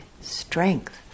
strength